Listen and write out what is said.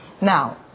now